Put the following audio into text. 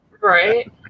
right